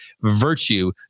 virtue